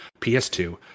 PS2